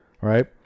right